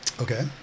Okay